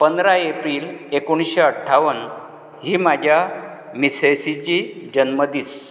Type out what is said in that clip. पंदरा एप्रिल एकोणीशें अठ्ठावन ही म्हाज्या मिसेसीची जन्म दीस